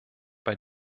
bei